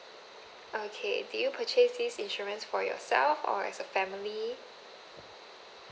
okay did you purchase this insurance for yourself or as a family